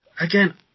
Again